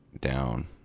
down